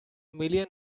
million